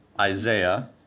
Isaiah